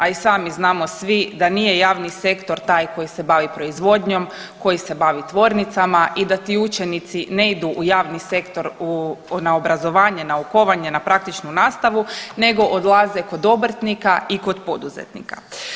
A i sami znamo svi da nije javni sektor taj koji se bavi proizvodnjom, koji se bave tvornicama i da ti učenici ne idu u javni sektor u, na obrazovanje, naukovanje, na praktičnu nastavu nego odlaze kod obrtnika i kod poduzetnika.